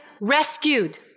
rescued